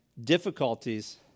Difficulties